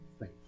faith